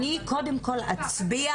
אני קודם כל אצביע